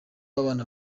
w’abana